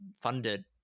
funded